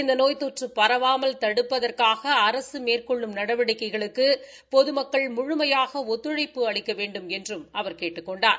இந்த நோய் தொற்று பரவாமல் தடுப்பதற்காக அரசு மேற்கொள்ளும் நடவடிக்கைகளுக்கு பொதுமக்கள் முழுமையாக ஒத்துழைப்பு அளிக்க வேண்டுமென்றும் அவர் கேட்டுக் கொண்டார்